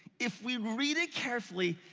if we read it carefully,